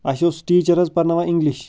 اَسہِ اوس ٹیٖچر حظ پرناوان اِنگلِش